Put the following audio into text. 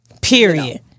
period